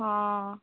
ହଁ